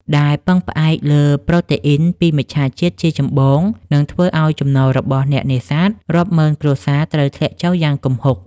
ដែលពឹងផ្អែកលើប្រូតេអ៊ីនពីមច្ឆជាតិជាចម្បង និងធ្វើឱ្យចំណូលរបស់អ្នកនេសាទរាប់ម៉ឺនគ្រួសារត្រូវធ្លាក់ចុះយ៉ាងគំហុក។